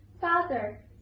Father